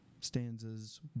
stanzas